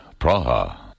Praha